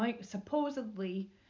Supposedly